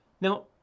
Now